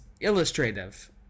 illustrative